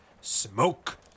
Smoke